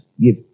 give